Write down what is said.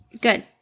Good